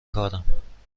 کارم